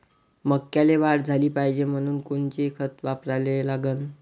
मक्याले वाढ झाली पाहिजे म्हनून कोनचे खतं वापराले लागन?